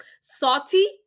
Salty